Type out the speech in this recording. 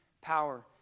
power